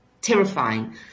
terrifying